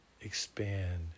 expand